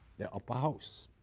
the upper house.